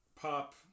Pop